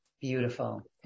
beautiful